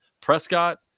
prescott